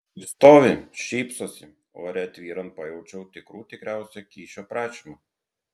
ir stovi šypsosi o ore tvyrant pajaučiau tikrų tikriausią kyšio prašymą